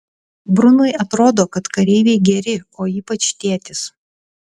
brunui atrodo kad kareiviai geri o ypač tėtis